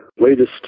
latest